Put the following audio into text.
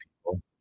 people